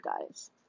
guys